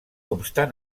obstant